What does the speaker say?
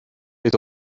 est